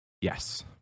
yes